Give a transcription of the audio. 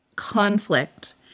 Conflict